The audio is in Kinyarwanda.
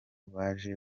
baje